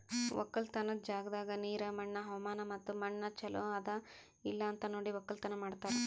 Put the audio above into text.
ಒಕ್ಕಲತನದ್ ಜಾಗದಾಗ್ ನೀರ, ಮಣ್ಣ, ಹವಾಮಾನ ಮತ್ತ ಮಣ್ಣ ಚಲೋ ಅದಾ ಇಲ್ಲಾ ಅಂತ್ ನೋಡಿ ಒಕ್ಕಲತನ ಮಾಡ್ತಾರ್